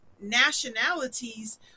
nationalities